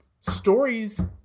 stories